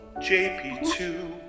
JP2